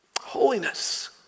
Holiness